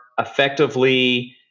effectively